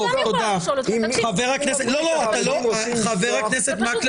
חבר הכנסת מקלב,